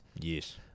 yes